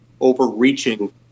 overreaching